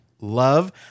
love